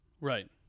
Right